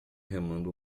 remando